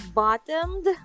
bottomed